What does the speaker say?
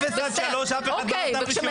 אפס עד שלוש, אף אחד לא נתן רישיונות.